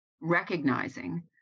recognizing